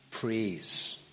praise